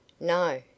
No